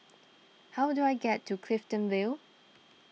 how do I get to Clifton Vale